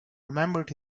remembered